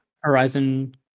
Horizon